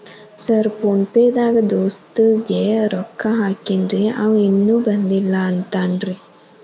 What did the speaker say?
Sir PhonePe ದಾಗ ದೋಸ್ತ್ ಗೆ ರೊಕ್ಕಾ ಹಾಕೇನ್ರಿ ಅಂವ ಇನ್ನು ಬಂದಿಲ್ಲಾ ಅಂತಾನ್ರೇ?